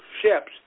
ships